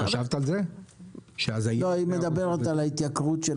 היא מדברת על ההתייקרות של